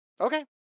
Okay